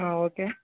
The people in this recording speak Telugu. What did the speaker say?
ఓకే